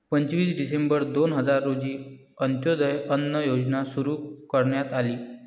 पंचवीस डिसेंबर दोन हजार रोजी अंत्योदय अन्न योजना सुरू करण्यात आली